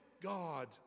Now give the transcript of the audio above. god